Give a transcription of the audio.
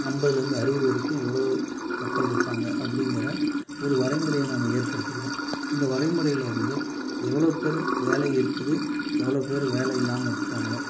ஐம்பதுலருந்து அறுபது வரைக்கும் எவ்வளோ மக்கள் இருக்காங்க அப்படிங்கிற ஒரு வரைமுறையை நம்ம ஏற்படுத்திக்கிறோம் இந்த வரைமுறையிலிருந்து எவ்வளோ பேர் வேலை இருக்குது எவ்வளோ பேர் வேலை இல்லாமல் இருக்கிறாங்க